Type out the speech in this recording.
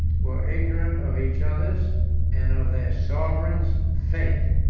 were ignorant of each other's and of their sovereign's fate.